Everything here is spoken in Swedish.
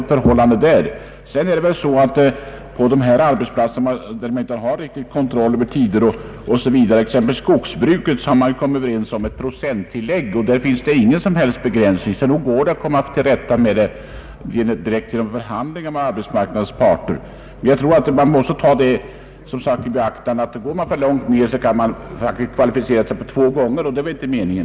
På arbetsplatser där det inte finns någon riktig kontroll över tiderna, t.ex. inom skogsbruket, har parterna kommit överens om ett procenttillägg. Där finns ingen som helst begränsning, så nog går det att bemästra det här problemet genom direkta förhandlingar. Jag anser, som sagt, att det förhållandet måste beaktas att om man sträcker sig för långt ned så blir det dubbla kvalifikationer, och det är väl inte meningen.